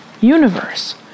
Universe